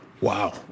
Wow